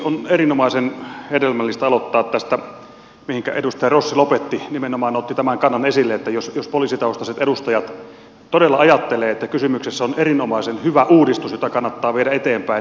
on erinomaisen hedelmällistä aloittaa tästä mihinkä edustaja rossi lopetti kun hän nimenomaan otti tämän kannan esille että jos poliisitaustaiset edustajat todella ajattelevat että kysymyksessä on erinomaisen hyvä uudistus jota kannattaa viedä eteenpäin